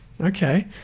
Okay